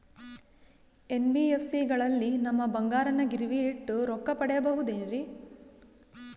NBFC ಗಳಲ್ಲಿ ನಮ್ಮ ಬಂಗಾರನ ಗಿರಿವಿ ಇಟ್ಟು ರೊಕ್ಕ ಪಡೆಯಬಹುದೇನ್ರಿ?